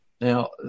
Now